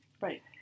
Right